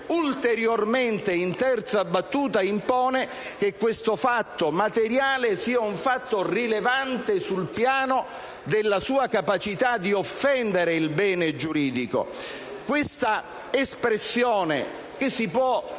ulteriormente, in terza battuta, impone che esso sia un fatto rilevante sul piano della sua capacità di offendere il bene giuridico. Questa espressione - che si può ritenere